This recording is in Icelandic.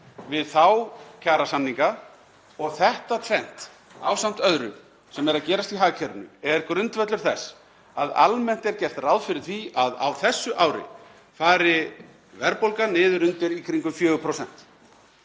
við þá kjarasamninga. Og þetta tvennt ásamt öðru sem er að gerast í hagkerfinu er grundvöllur þess að almennt er gert ráð fyrir því að á þessu ári fari verðbólgan niður undir í kringum 4%.